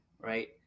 right